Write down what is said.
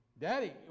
Daddy